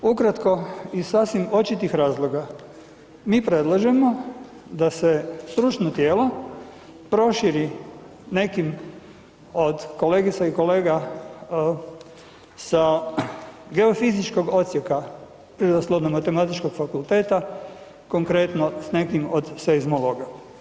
Ukratko, iz sasvim očitih razloga, mi predlažemo da se stručno tijelo proširi nekim od kolegica i kolega sa geofizičkog odsjeka Prirodoslovno-matematičkog fakulteta, konkretno s nekim od seizmologa.